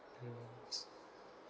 mm